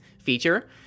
feature